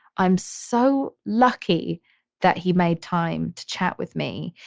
i am so lucky that he made time to chat with me.